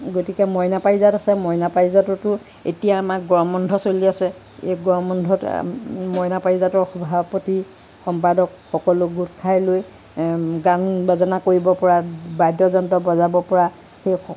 গতিকে মইনা পাৰিজাত আছে মইনা পাৰিজাততো এতিয়া আমাৰ গৰম বন্ধ চলি আছে এই গৰমৰ বন্ধত মইনা পাৰিজাতৰ সভাপতি সম্পাদক সকলো গোট খাই লৈ গান বাজানা কৰিব পৰা বাদ্যযন্ত্ৰ বজাব পৰা সেই